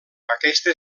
aquesta